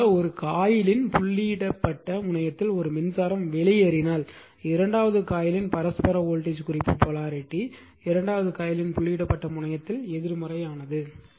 அதே போல ஒரு காயிலின் புள்ளியிடப்பட்ட முனையத்தில் ஒரு மின்சாரம் வெளியேறினால் இரண்டாவது காயிலின் பரஸ்பர வோல்டேஜ் குறிப்பு போலாரிட்டி இரண்டாவது காயிலின் புள்ளியிடப்பட்ட முனையத்தில் எதிர்மறையானது